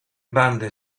bande